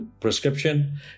prescription